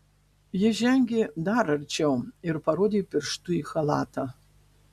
ji žengė dar arčiau ir parodė pirštu į chalatą